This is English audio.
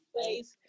place